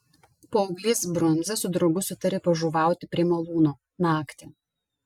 paauglys brundza su draugu sutarė pažuvauti prie malūno naktį